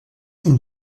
une